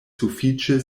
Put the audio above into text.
sufiĉe